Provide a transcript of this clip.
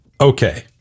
Okay